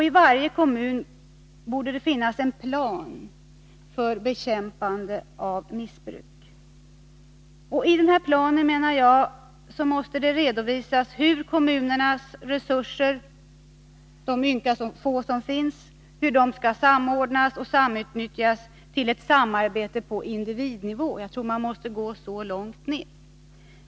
I varje kommun borde det finnas en plan för bekämpande av missbruk, och i denna plan skall redovisas hur kommunens resurser — de få som finns — skall samordnas och samutnyttjas till ett samarbete på individnivå. Jag tror att man måste gå så långt ner.